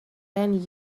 ten